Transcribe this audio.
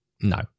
No